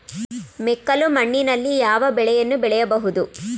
ಮೆಕ್ಕಲು ಮಣ್ಣಿನಲ್ಲಿ ಯಾವ ಬೆಳೆಯನ್ನು ಬೆಳೆಯಬಹುದು?